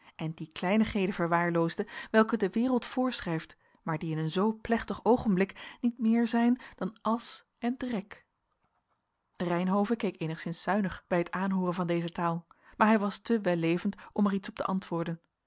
en die kleinigheden verwaarloosde welke de wereld voorschrijft maar die in een zoo plechtig oogenblik niet meer zijn dan asch en drek reynhove keek eenigszins zuinig bij het aanhooren van deze taal maar hij was te wellevend om er iets op te antwoorden